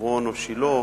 בחברון או בשילה,